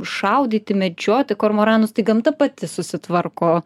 šaudyti medžioti kormoranus tai gamta pati susitvarko